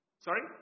Sorry